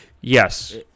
Yes